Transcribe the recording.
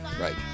Right